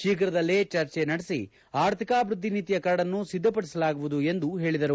ಶೀಘ್ರದಲ್ಲೇ ಚರ್ಚೆ ನಡೆಸಿ ಆರ್ಥಿಕಾಭಿವೃದ್ದಿ ನೀತಿಯ ಕರಡನ್ನು ಸಿದ್ದಪಡಿಸಲಾಗುವುದು ಎಂದು ಹೇಳಿದರು